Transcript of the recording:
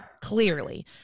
Clearly